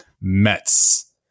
mets